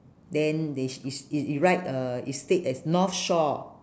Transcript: then they is it it write uh it state as north shore